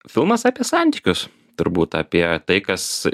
filmas apie santykius turbūt apie tai kas